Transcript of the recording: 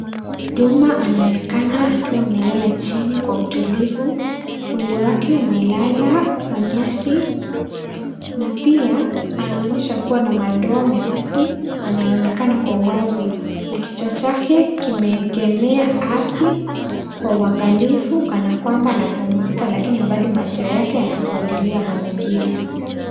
Duma anaonekana akiwa amelala chini kwa utulivu, mwili wake umelala kwa nyasi na pia anaonyesha kuwa na madoa meusi yanayoonekana kwa uwazi. Na kichwa chake kimeegemea ardhi kwa uangalifu kana kwamba anapumzika lakini bado macho yake yanafuatilia mazingira.